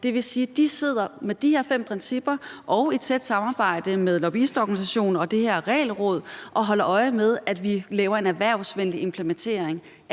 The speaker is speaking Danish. Det vil sige, at de sidder med de her fem principper og i et tæt samarbejde med lobbyistorganisationer og det her regelråd og holder øje med, at vi laver en erhvervsvenlig implementering af